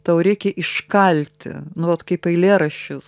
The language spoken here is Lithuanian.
tau reikia iškalti nu vat kaip eilėraščius